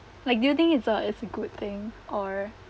like do you think it's a it's a good thing or